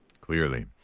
Clearly